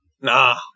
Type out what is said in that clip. nah